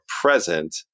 present